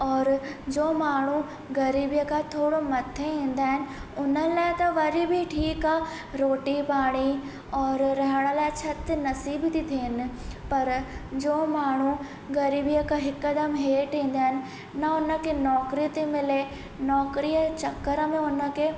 और जो माण्हू ग़रीबीअ खां थोरो मथे ईंदा आहिनि उन्हनि लाइ त वरी बि ठीकु आहे रोटी पाणी और रहण लाइ ए छिति नसीब थी थियनि पर जो माण्हू ग़रीबीअ खां हिकदमि हेठि ईंदा आहिनि न उन खे नौकरी थी मिले न नौकरीअ ए चक्कर में उन खे